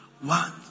One